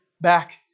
back